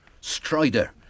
Strider